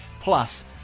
plus